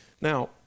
Now